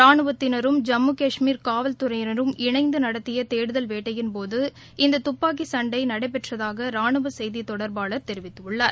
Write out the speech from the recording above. ரானுவத்தினரும் ஜம்மு கஷ்மீர் காவல்துறையினரும் இணைந்துநடத்தியதேடுதல் வேட்டையின்போது இந்ததுப்பாக்கிசண்டைநடைபெற்றதாகராணுவசெய்திதொடர்பாளர் தெரிவித்துள்ளார்